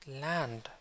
land